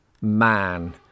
man